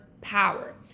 power